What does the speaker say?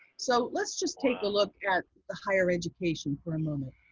so let's just take a look at the higher education for a moment.